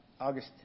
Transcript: August